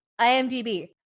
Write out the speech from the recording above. imdb